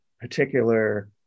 particular